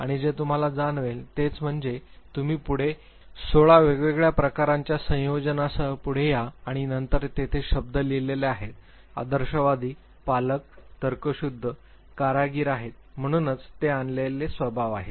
आणि जे तुम्हाला जाणवेल तेच म्हणजे तुम्ही पुढे १d वेगवेगळ्या प्रकारांच्या संयोजनांसह पुढे या आणि नंतर तेथे शब्द लिहिलेले आहेत आदर्शवादी पालक तर्कशुद्ध कारागीर आहेत म्हणूनच ते आणलेले स्वभाव आहेत